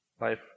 Life